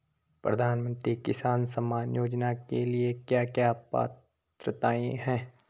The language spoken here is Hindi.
प्रधानमंत्री किसान सम्मान योजना के लिए क्या क्या पात्रताऐं हैं?